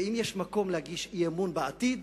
ואם יש מקום להגיש אי-אמון בעתיד,